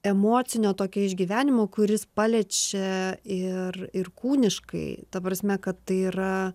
emocinio tokio išgyvenimo kuris paliečia ir ir kūniškai ta prasme kad tai yra